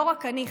לא רק אני,